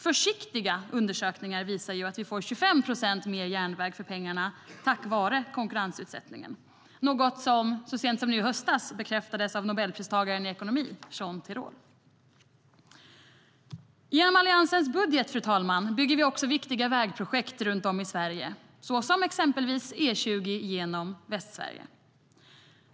Försiktiga undersökningar visar att vi får 25 procent mer järnväg för pengarna tack vare konkurrensutsättningen, något som så sent som nu i höstas bekräftades av nobelpristagaren i ekonomi, Jean Tirole. Fru talman! Genom Alliansens budget bygger vi också viktiga vägprojekt runt om i Sverige, exempelvis E20 genom Västsverige.